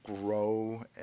grow